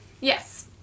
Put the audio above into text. Yes